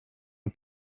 are